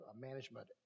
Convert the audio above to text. management